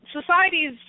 Society's